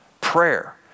Prayer